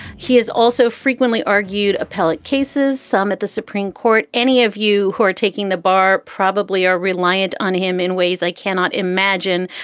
he is also frequently argued appellate cases, some at the supreme court any of you who are taking the bar probably are reliant on him in ways i cannot imagine.